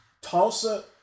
Tulsa